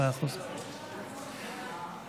השרה